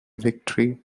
victory